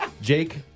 Jake